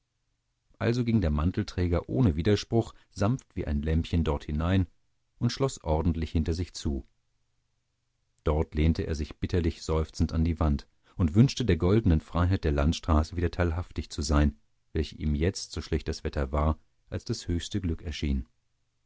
also ging der mantelträger ohne widerspruch sanft wie ein lämmlein dort hinein und schloß ordentlich hinter sich zu dort lehnte er sich bitterlich seufzend an die wand und wünschte der goldenen freiheit der landstraße wieder teilhaftig zu sein welche ihm jetzt so schlecht das wetter war als das höchste glück erschien